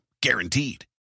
Guaranteed